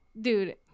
dude